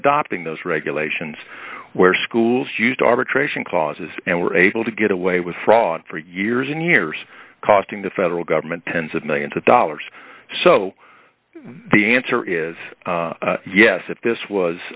adopting those regulations where schools used arbitration clauses and were able to get away with fraud for years and years costing the federal government tens of millions of dollars so the answer is yes if this